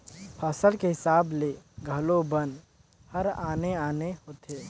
फसल के हिसाब ले घलो बन हर आने आने होथे